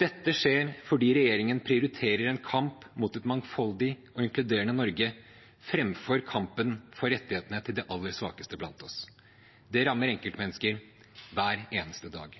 Dette skjer fordi regjeringen prioriterer en kamp mot et mangfoldig og inkluderende Norge framfor kampen for rettighetene til de aller svakeste blant oss. Det rammer enkeltmennesker hver eneste dag.